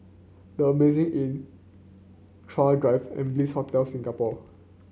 The Amazing Inn Chuan Drive and Bliss Hotel Singapore